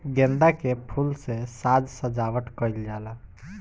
गेंदा के फूल से साज सज्जावट कईल जाला